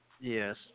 yes